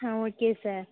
ah okay sir